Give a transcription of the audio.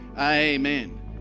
Amen